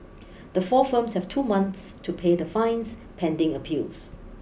the four firms have two months to pay the fines pending appeals